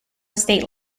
state